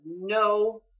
no